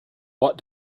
what